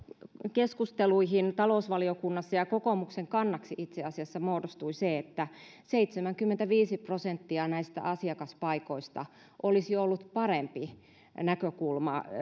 keskusteluihin talousvaliokunnassa ja kokoomuksen kannaksi itse asiassa muodostui se että seitsemänkymmentäviisi prosenttia näistä asiakaspaikoista olisi ollut parempi näkökulma